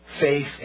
faith